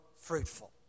fruitful